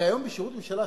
הרי היום בשירות הממשלה,